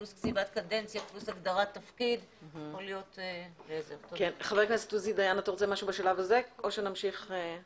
על חזיר או לנסר גולגולת של קוף לפחות שיהיה אדם